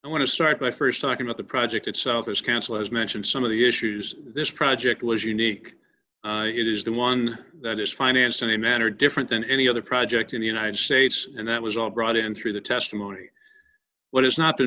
i want to start by st talking about the project itself as council has mentioned some of the issues this project was unique it is the one that is financed in a manner different than any other project in the united states and that was all brought in through the testimony what has not